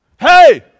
Hey